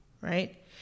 Right